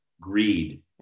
Greed